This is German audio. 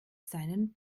seinen